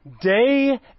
Day